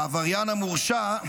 העבריין המורשע,